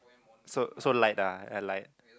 so so light ah light